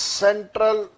central